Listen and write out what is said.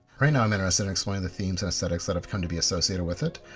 right now i'm interested in exploring the themes and aesthetics that have come to be associated with it.